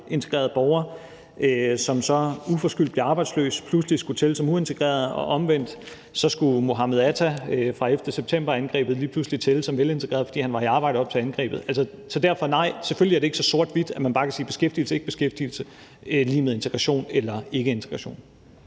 velintegreret borger, som så uforskyldt bliver arbejdsløs, pludselig skulle tælle som uintegreret, og omvendt skulle Mohamed Atta fra 11. september-angrebet lige pludselig tælle som velintegreret, fordi han var i arbejde op til angrebet. Så derfor: Nej, selvfølgelig er det ikke så sort og hvidt, at man bare kan sige, beskæftigelse eller ikkebeskæftigelse er lig med integration eller ikkeintegration.